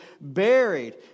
buried